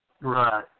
Right